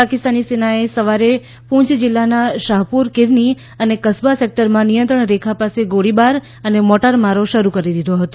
પાકિસ્તાની સેનાએ સવારે પૂંછ જિલ્લાનાં શાહપુર કીરની અને કસબા સેક્ટરમાં નિયંત્રણ રેખા પાસે ગોળીબાર અને મોર્ટારમારો શરૂ કરી દીધો હતો